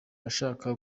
abashaka